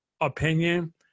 opinion